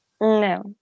No